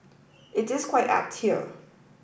it is quite apt here